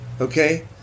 okay